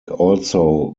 also